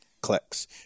clicks